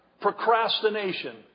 procrastination